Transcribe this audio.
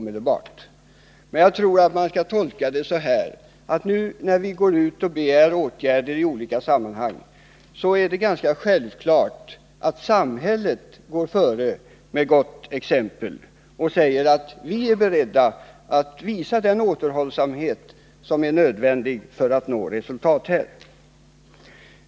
Man skall i stället tolka det så här: När vi nu i olika sammanhang begär åtgärder är det ganska självklart att samhället går före med gott exempel och säger att ”vi är beredda att visa den återhållsamhet som är nödvändig för att nå resultat”.